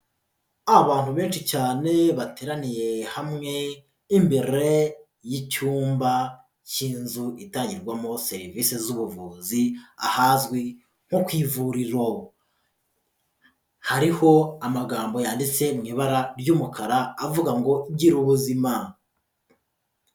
Abantu benshi cyane, bateraniye hamwe imbere y'icyumba cy'inzu itangirwamo serivisi z'ubuvuzi ahazwi nko ku ivuriro, hariho amagambo yanditse mu ibara ry'umukara avuga ngo: "Gira ubuzima".